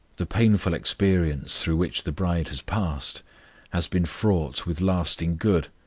the painful experience through which the bride has passed has been fraught with lasting good,